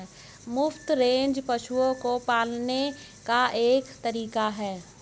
मुफ्त रेंज पशुओं को पालने का एक तरीका है